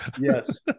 yes